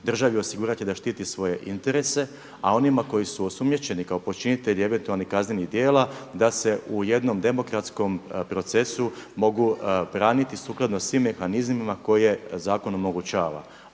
državi osigurati da štiti svoje interese, a onima koji su osumnjičeni kao počinitelji eventualnih kaznenih djela da se u jednom demokratskom procesu mogu braniti sukladno svim mehanizmima koje zakon omogućava.